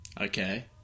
Okay